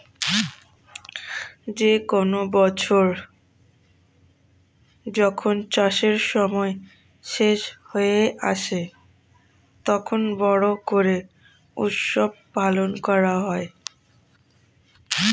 যে কোনো বছর যখন চাষের সময় শেষ হয়ে আসে, তখন বড়ো করে উৎসব পালন করা হয়